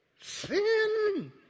Sin